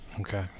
Okay